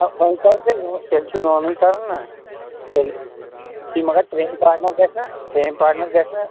وۄنۍ کَرو تیٚلہِ تیٚلہِ چھِ لونٕے کرُن نہ تیٚلہِ مگر ترٛیٚیِم پاٹنَر گژھِ نہ ترٛیٚیِم پاٹنَر گژھِ نہٕ